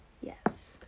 Yes